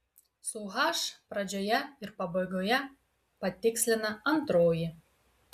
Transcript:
su h pradžioje ir pabaigoje patikslina antroji